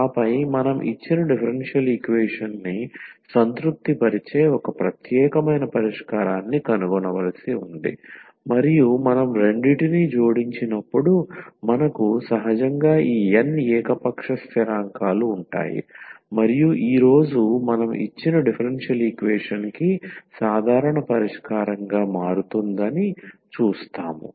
ఆపై మనం ఇచ్చిన డిఫరెన్షియల్ ఈక్వేషన్ని సంతృప్తిపరిచే ఒక ప్రత్యేకమైన పరిష్కారాన్ని కనుగొనవలసి ఉంది మరియు మనం రెండింటిని జోడించినప్పుడు మనకు సహజంగా ఈ n ఏకపక్ష స్థిరాంకాలు ఉంటాయి మరియు ఈ రోజు మనం ఇచ్చిన డిఫరెన్షియల్ ఈక్వేషన్ కి సాధారణ పరిష్కారంగా మారుతుందని చూస్తాము